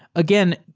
again,